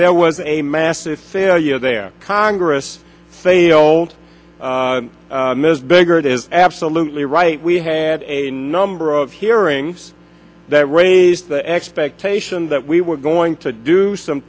there was a massive failure there congress failed ms bigger it is absolutely right we had a number of hearings that raised the expectation that we were going to do some